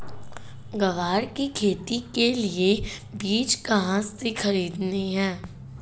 ग्वार की खेती के लिए बीज कहाँ से खरीदने हैं?